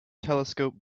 telescope